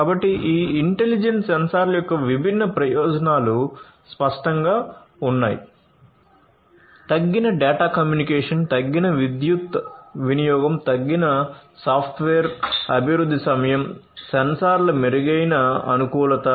కాబట్టి ఈ ఇంటెలిజెంట్ సెన్సార్ల యొక్క విభిన్న ప్రయోజనాలు స్పష్టంగా ఉన్నాయి తగ్గిన డేటా కమ్యూనికేషన్ తగ్గిన విద్యుత్ వినియోగం తక్కువ సాఫ్ట్వేర్ అభివృద్ధి సమయం సెన్సార్ల మెరుగైన అనుకూలత